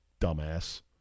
dumbass